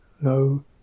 no